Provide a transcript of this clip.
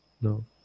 no